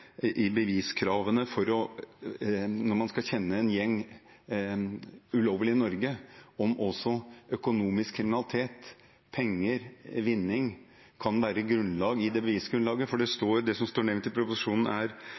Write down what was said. i beviskravene når man skal kjenne en gjeng ulovlig i Norge, er slik at også økonomisk kriminalitet, penger og vinning kan være et grunnlag? Det som står nevnt i proposisjonen, er